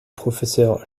professeur